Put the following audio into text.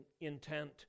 intent